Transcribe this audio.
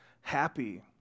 Happy